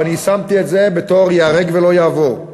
ואני שמתי את זה בתור ייהרג ולא יעבור,